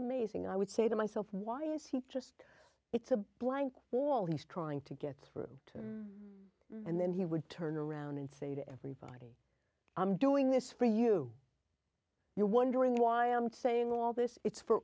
amazing i would say to myself why is he just it's a blank all he's trying to get through to me and then he would turn around and say to everybody i'm doing this for you you're wondering why i'm saying all this it's for